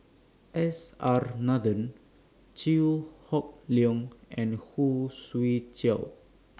S R Nathan Chew Hock Leong and Who Swee Chiow